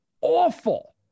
awful